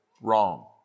wrong